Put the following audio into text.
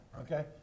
okay